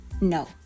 no